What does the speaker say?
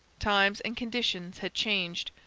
times and conditions had changed.